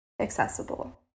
accessible